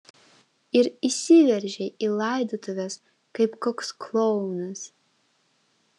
ir įsiveržei į laidotuves kaip koks klounas